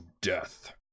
death